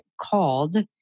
called